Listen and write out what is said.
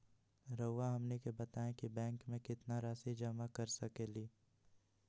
रहुआ हमनी के बताएं कि बैंक में कितना रासि जमा कर सके ली?